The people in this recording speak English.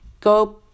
go